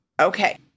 Okay